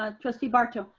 ah trustee barto.